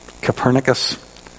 Copernicus